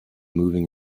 moving